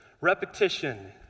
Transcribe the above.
Repetition